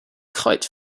kite